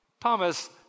Thomas